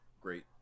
great